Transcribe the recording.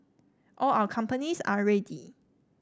all our companies are ready